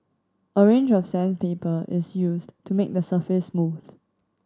a range of sandpaper is used to make the surface smooth